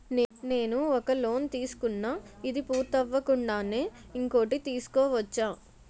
నేను ఒక లోన్ తీసుకున్న, ఇది పూర్తి అవ్వకుండానే ఇంకోటి తీసుకోవచ్చా?